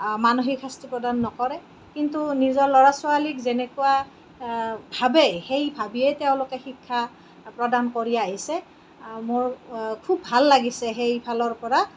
মানসিক শাস্তি প্ৰদান নকৰে কিন্তু নিজৰ ল'ৰা ছোৱালীক যেনেকুৱা ভাবে সেই ভাবিয়েই তেওঁলোকে শিক্ষা প্ৰদান কৰি আহিছে মোৰ খুব ভাল লাগিছে সেইফালৰ পৰা